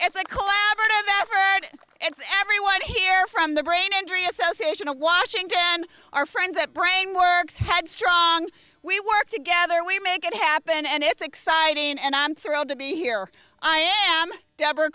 it's everyone here from the brain injury association of washington our friends at brain works headstrong we work together we make it happen and it's exciting and i'm thrilled to be here i am deborah